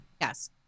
Yes